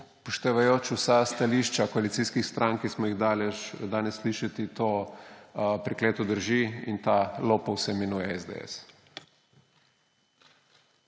Upoštevajoč vsa stališča koalicijskih strank, ki smo jih danes slišali, to prekleto drži. In ta lopov se imenuje SDS.